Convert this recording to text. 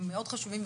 הם מאוד חשובים,